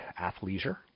athleisure